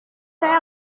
saya